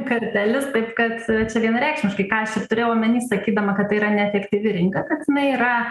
kartelis taip kad čia vienareikšmiškai ką aš ir turėjau omeny sakydama kad yra neefektyvi rinka kad jinai yra